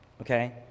Okay